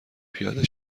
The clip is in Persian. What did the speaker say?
پیاده